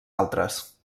altres